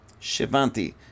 Shivanti